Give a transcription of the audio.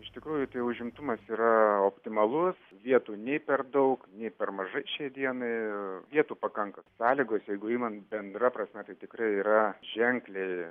iš tikrųjų tai užimtumas yra optimalus vietų nei per daug nei per mažai šiai dienai vietų pakanka sąlygos jeigu imant bendra prasme tai tikrai yra ženkliai